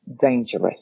dangerous